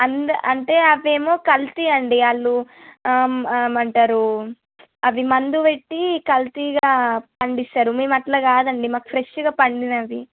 అంద అంటే అవి ఏమో కల్తీ అండి వాళ్ళు ఏమంటారు అవి మందు పెట్టి కల్తీగా పండిస్తారు మేము అట్లా కాదండి మాకు ఫ్రెష్షుగా పండినవి